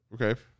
Okay